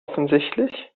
offensichtlich